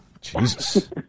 Jesus